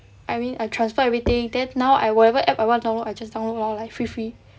I mean I transfer everything that now I whatever app I want to download I just download lor like free free